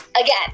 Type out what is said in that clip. again